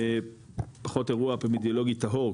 פחות אירוע אפידמיולוגי טהור,